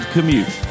Commute